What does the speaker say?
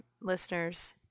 listeners